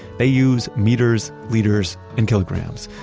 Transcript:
they use meters, liters, and kilograms,